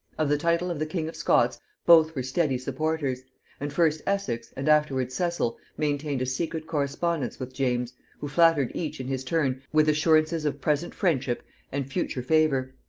of the title of the king of scots both were steady supporters and first essex and afterwards cecil maintained a secret correspondence with james, who flattered each in his turn with assurances of present friendship and future favor.